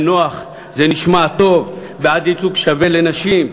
זה נוח, זה נשמע טוב, בעד ייצוג שווה לנשים.